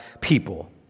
people